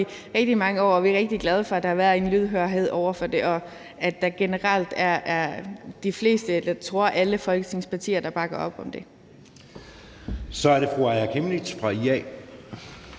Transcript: i rigtig mange år, og vi er rigtig glade for, at der har været en lydhørhed over for det, og at det generelt er de fleste, eller jeg tror, det er alle Folketingets partier, der bakker op om det. Kl. 23:37 Anden